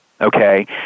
okay